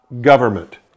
government